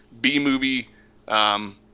B-movie